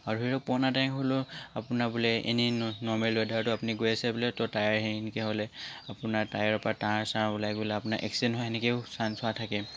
আৰু ধৰি লওক পুৰণা টায়াৰ হ'লেও আপোনাৰ বোলে এনে নৰ্মেল ওৱেডাৰতো আপুনি গৈ আছে বোলে ত' টায়াৰ তেনেকৈ হ'লে আপোনাৰ টায়াৰৰ পৰা তাঁৰ চাৰ ওলায় গ'লে আপোনাৰ এক্সিডেণ্ট হোৱাৰতেনেকেও চাঞ্চ হোৱা থাকে